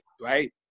right